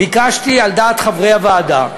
ביקשתי, על דעת חברי הוועדה,